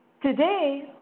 Today